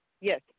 Yes